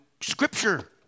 scripture